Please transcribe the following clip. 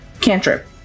cantrip